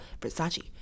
Versace